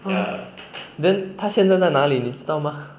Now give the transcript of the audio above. !huh! then 他现在在那里你知道 mah